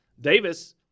Davis